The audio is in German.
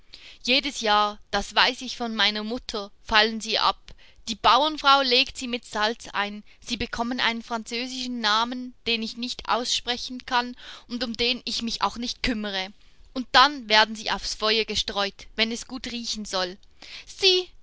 jedes jahr das weiß ich von meiner mutter fallen sie ab die bauerfrau legt sie mit salz ein sie bekommen einen französischen namen den ich nicht aussprechen kann und um den ich mich auch nicht kümmere und dann werden sie aufs feuer gestreut wenn es gut riechen soll sieh